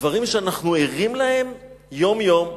דברים שאנחנו ערים להם יום-יום.